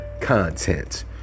content